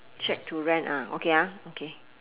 shack to rent ah okay ah okay